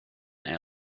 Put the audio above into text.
and